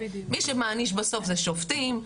מי שמעניש בסוף זה שופטים.